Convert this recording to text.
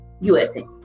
USA